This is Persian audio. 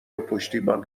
پشتیبان